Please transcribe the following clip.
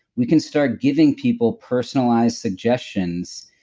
we can start giving people personalized suggestions.